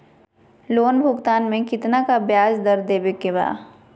Loan भुगतान में कितना का ब्याज दर देवें के बा?